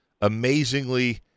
amazingly